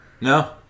No